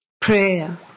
Prayer